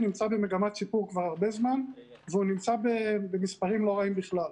נמצא במגמת שיפור כבר הרבה זמן והוא נמצא במספרים לא רעים בכלל.